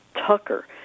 Tucker